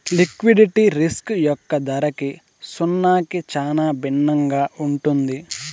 liquidity risk యొక్క ధరకి సున్నాకి చాలా భిన్నంగా ఉంటుంది